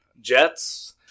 Jets